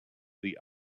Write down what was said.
the